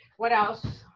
what else,